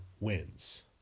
wins